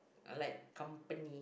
like company